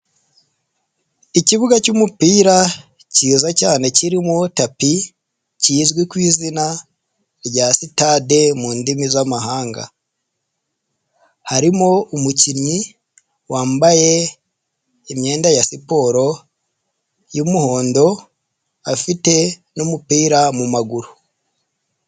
Ikibuga cy'umupira kiyiza cyane kirimo tapi, kizwi ku izina rya sitade mumi z'amahanga harimo umukinnyi wambaye imyenda ya siporo y'umuhondo afite umupira mu mumaguru.